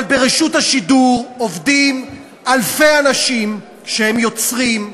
אבל ברשות השידור עובדים אלפי אנשים שהם יוצרים,